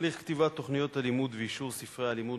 הליך כתיבת תוכניות הלימוד ואישור ספרי הלימוד